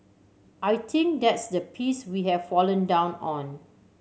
I think that's the piece we have fallen down on